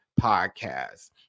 podcast